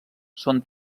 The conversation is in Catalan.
són